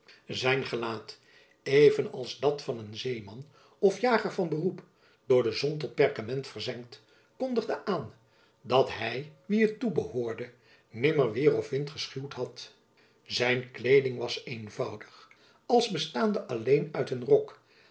zijn gelaat even als dat van een zeeman of jacob van lennep elizabeth musch jager van beroep door de zon tot perkament verzengd kondigde aan dat hy wien het toebehoorde nimmer weer of wind geschuwd had zijn kleeding was eenvoudig als bestaande alleen uit een rok